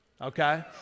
okay